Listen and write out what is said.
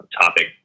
topic